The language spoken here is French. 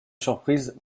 surprise